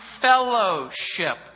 fellowship